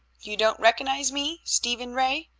you don't recognize me, stephen ray?